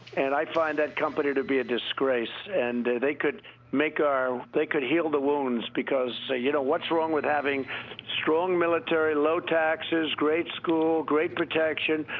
and i call that company to be a disgraces. and they could make our they could heal the wounds because, you know, what's wrong with having strong military, low taxes, great school, great protection,